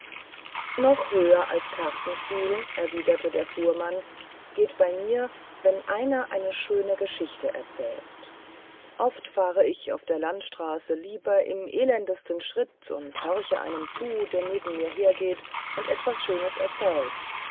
noch höher als kartenspiel erwiderte der fuhrmann gilt bei mir wenn einer eine schöne geschichte erzählt oft fahre ich auf der landstraße lieber im elendesten schritt und horche einem zu der neben mir hergeht und etwas schönes erzählt